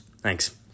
Thanks